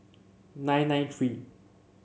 nine nine three